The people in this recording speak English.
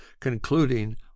Concluding